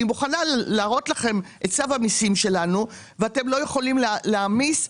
אני מוכנה להראות לכם את צו המיסים שלנו ואתם לא יכולים להעמיס.